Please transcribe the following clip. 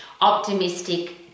optimistic